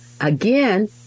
again